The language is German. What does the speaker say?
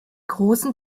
großen